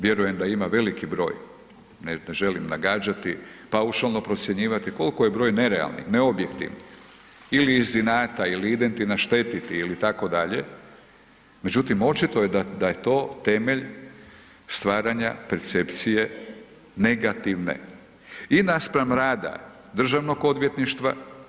Vjerujem da ima veliki broj, ne želim nagađati, paušalno procjenjivati koliko je broj nerealnih, neobjektivnih ili iz inata ili idem ti naštetiti itd., međutim očito je da je to temelj stvaranja percepcije negativne i naspram rada Državnog odvjetništva.